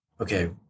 Okay